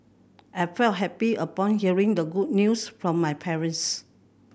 I felt happy upon hearing the good news from my parents